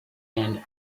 and